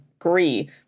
agree